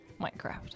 Minecraft